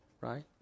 right